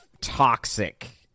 toxic